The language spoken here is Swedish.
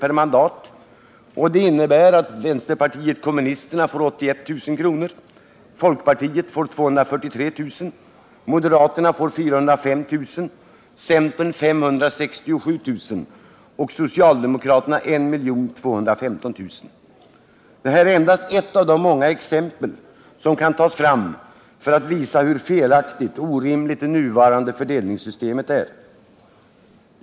per mandat. Detta innebär att vänsterpartiet kommunisterna får 81000 kr., folkpartiet får 243 000 kr., moderaterna får 405 000 kr., centern får 567000 kr. och socialdemokraterna får I 215 000 kr. Detta är endast ett av de många exempel som kan tas fram för att visa hur felaktigt utformat det nuvarande systemet är.